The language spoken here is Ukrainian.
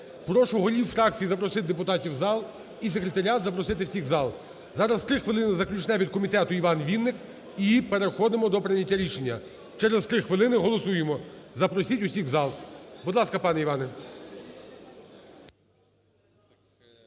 Прошу голів фракцій запросити депутатів в зал, і секретаріат, запросити всіх в зал. Зараз 3 хвилини, заключне від комітету Іван Вінник. І переходимо до прийняття рішення. Через 3 хвилини голосуємо. Запросіть усіх в зал. Будь ласка, пане Іване.